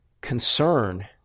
concern